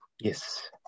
Yes